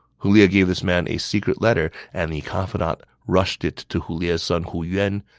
hu lie gave this man a secret letter, and the confidant rushed it to hu lie's son hu yuan,